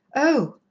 oh,